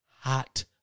Hot